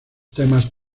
temas